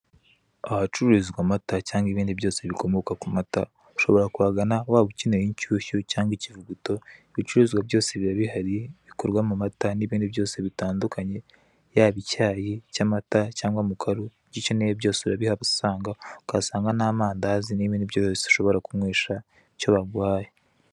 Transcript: Ahacururizwa amata cyangwa ibindi byose bikomoka ku mata. Ushobora kuhagana waba ukeneye inshushyu cyangwa ikivuguto. Ibicuruzwa byose biba bihari bikorwa mu mata ndetse n'ibindi byose bitandukanye, yaba icyayi cy'amata cyangwa mukaru. Ibyo ukeneye byose urabihasanga, ukahasanga n'amandazi n'ibindi byose ushobora kunywesha icyo baguhaye.